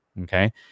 okay